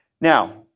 Now